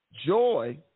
Joy